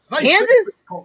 Kansas